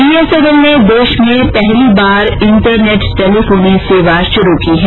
BSNL ने देष में पहली बार इंटनेट टेलीफोनी सेवा शुरू की है